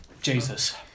Jesus